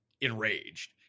enraged